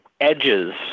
edges